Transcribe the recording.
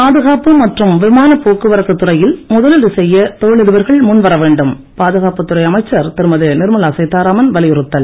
பாதுகாப்பு மற்றும் விமான போக்குவரத்து துறையில் முதலீடு செய்ய தொழிலதிபர்கள் முன் வர வேண்டும் பாதுகாப்பு துறை அமைச்சர் திருமதி நிர்மலா சீத்தாராமன் வலியுறுத்தல்